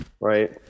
right